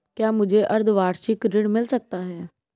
क्या मुझे अर्धवार्षिक ऋण मिल सकता है?